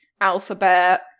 alphabet